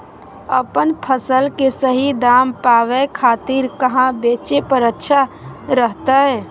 अपन फसल के सही दाम पावे खातिर कहां बेचे पर अच्छा रहतय?